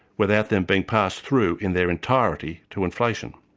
without them being passed through in their entirety to inflation.